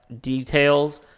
details